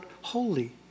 holy